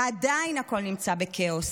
ועדיין הכול נמצא בכאוס.